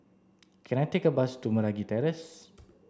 can I take a bus to Meragi Terrace